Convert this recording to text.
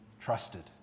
trusted